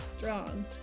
strong